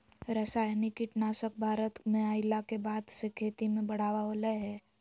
रासायनिक कीटनासक भारत में अइला के बाद से खेती में बढ़ावा होलय हें